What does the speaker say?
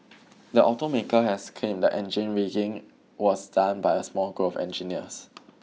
the automaker has claimed the engine rigging was done by a small group of engineers